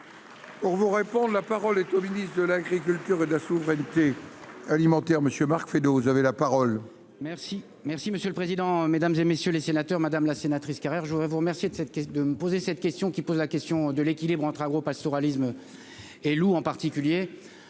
Or vous répond : la parole est au ministre de l'Agriculture et de la souveraineté. Alimentaire monsieur Marc fait de vous avez la parole. Merci, merci, monsieur le président, Mesdames et messieurs les sénateurs, madame la sénatrice Carrère, je voudrais vous remercier de cette caisse de me poser cette question qu'pose la question de l'équilibre entre agro-pastoralisme et en particulier